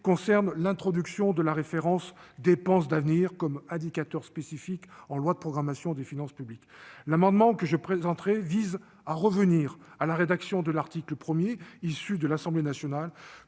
concerne l'introduction de la référence aux « dépenses d'avenir » comme indicateur spécifique en loi de programmation des finances publiques. L'amendement que je présenterai vise à revenir à la rédaction de l'article 1 de la proposition de